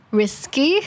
risky